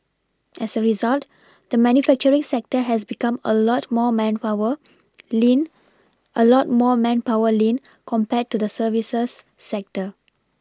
as a result the manufacturing sector has become a lot more manpower lean a lot more manpower lean compared to the services sector